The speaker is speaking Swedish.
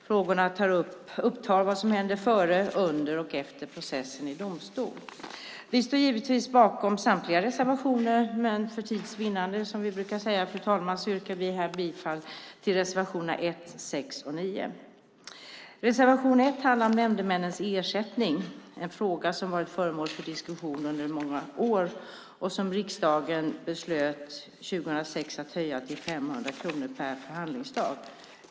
Frågorna tar upp vad som händer före, under och efter processen i domstol. Vi står givetvis bakom samtliga reservationer. Men för tids vinnande, som vi brukar säga, fru talman, yrkar jag här bifall till reservationerna 1, 6 och 9. Reservation 1 handlar om nämndemännens ersättning. Det är en fråga som har varit föremål för diskussion under många år. Riksdagen beslöt år 2006 att höja ersättningen till 500 kronor per förhandlingsdag.